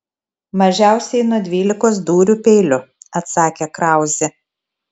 mažiausiai nuo dvylikos dūrių peiliu atsakė krauzė